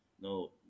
No